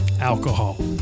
alcohol